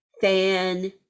fan